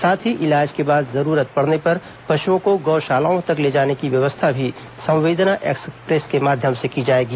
साथ ही इलाज के बाद जरूरत पड़ने पर पशुओं को गौशालाओं तक ले जाने की व्यवस्था भी संवेदना एक्सप्रेस के माध्यम से की जाएगी